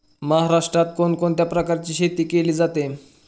महाराष्ट्रात कोण कोणत्या प्रकारची शेती केली जाते?